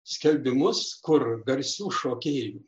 skelbimus kur garsių šokėjų